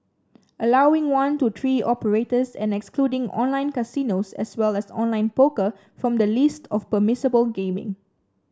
allowing one to three operators and excluding online casinos as well as online poker from the list of permissible gaming